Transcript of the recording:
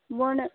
वण